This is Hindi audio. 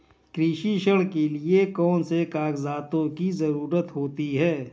कृषि ऋण के लिऐ कौन से कागजातों की जरूरत होती है?